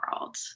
world